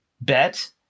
bet